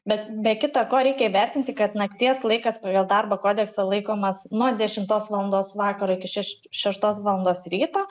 bet be kita ko reikia įvertinti kad nakties laikas pagal darbo kodeksą laikomas nuo dešimtos valandos vakaro iki šeš šeštos valandos ryto